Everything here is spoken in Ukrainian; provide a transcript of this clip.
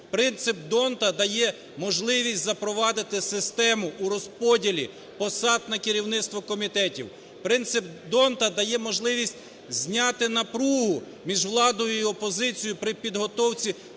Принцип д'Ондта дає можливість запровадити систему у розподілі посад на керівництво комітетів. Принцип д'Ондта дає можливість зняти напругу між владою і опозицією при підготовці